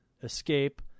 escape